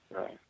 Right